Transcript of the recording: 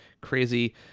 crazy